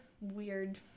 weird